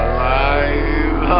Alive